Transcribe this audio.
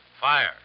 Fire